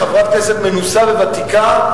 חברת כנסת מנוסה וותיקה,